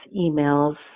emails